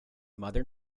mother